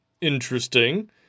Interesting